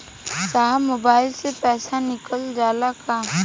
साहब मोबाइल से पैसा निकल जाला का?